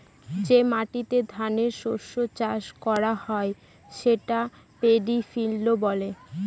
যে মাটিতে ধানের শস্য চাষ করা হয় সেটা পেডি ফিল্ড বলে